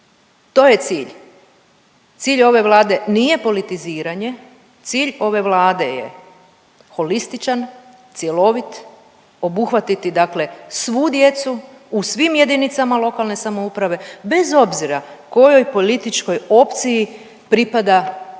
To je cilj, cilj ove Vlade nije politiziranje, cilj ove Vlade je holističan, cjelovit, obuhvatiti dakle svu djecu u svim JLS bez obzira kojoj političkoj opciji pripada njen